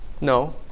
No